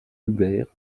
hubert